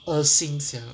恶心 sia